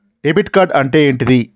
Debit card అంటే ఏంటిది?